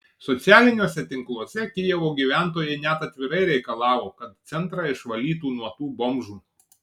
socialiniuose tinkluose kijevo gyventojai net atvirai reikalavo kad centrą išvalytų nuo tų bomžų